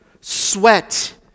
sweat